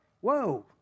Whoa